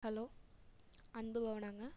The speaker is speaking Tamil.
ஹலோ அன்பு பவனாங்க